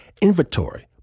inventory